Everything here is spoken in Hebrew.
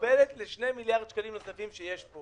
מוגבלת ל-2 מיליארד שקלים נוספים שיש פה